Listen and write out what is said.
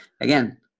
Again